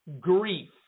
grief